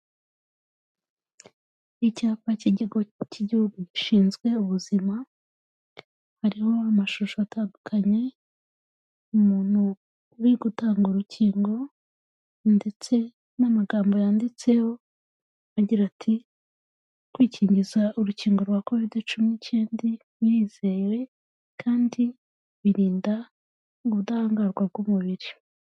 Icyapa cy'Ikigo cy'Igihugu gishinzwe ubuzima hariho amashusho atandukanye, umuntu uri gutanga urukingo, ndetse n'amagambo yanditseho agira ati: "kwikingiza urukingo rwa covid cumi n'icyenda birizewe kandi birinda ubudahangarwa bw'umubiri."